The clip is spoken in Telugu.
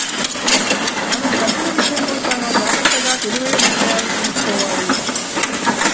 మనం డబ్బులు విషయంలో చానా జాగర్తగా తెలివైన నిర్ణయాలను తీసుకోవాలి